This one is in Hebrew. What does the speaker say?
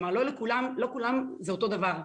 כלומר לא לכולם זה אותו הדבר.